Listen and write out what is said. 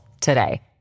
today